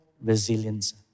resilience